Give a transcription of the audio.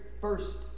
first